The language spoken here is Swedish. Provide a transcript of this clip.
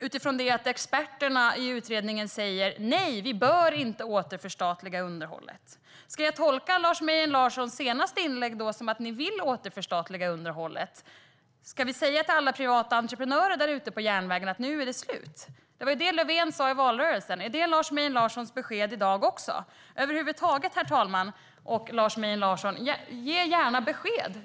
utifrån att experterna i utredningen säger: Nej, vi bör inte återförstatliga underhållet. Ska jag tolka Lars Mejern Larssons senaste inlägg som att ni vill återförstatliga underhållet? Ska vi säga till alla privata entreprenörer ute på järnvägen att det nu är slut? Det var det Löfven sa i valrörelsen. Är det Lars Mejern Larssons besked i dag också? Ge gärna besked över huvud taget, Lars Mejern Larsson!